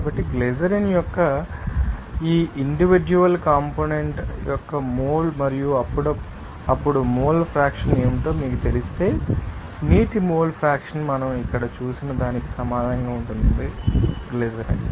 కాబట్టి గ్లిజరిన్ యొక్క ఈ ఇండివిడ్యుల్ కంపోనెంట్ యొక్క మోల్ మరియు అప్పుడు మోల్ ఫ్రాక్షన్ ఏమిటో మీకు తెలిస్తే నీటి మోల్ ఫ్రాక్షన్ మనం ఇక్కడ చూసిన దానికి సమానంగా ఉంటుంది గ్లిజరిన్